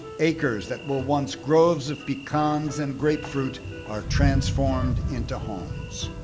acres that were once groves of pecans and grapefruit are transformed into homes.